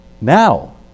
now